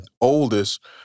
oldest